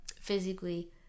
physically